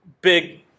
big